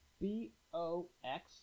B-O-X